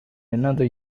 another